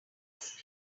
ice